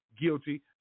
guilty